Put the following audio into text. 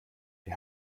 ihr